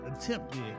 attempted